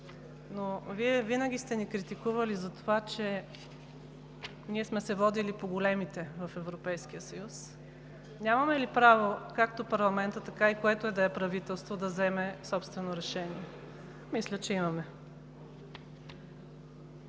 но Вие винаги сте ни критикували за това, че ние сме се водили по големите в Европейския съюз, нямаме ли право както парламентът, така и което е да е правителство да вземе собствено решение? Мисля, че имаме.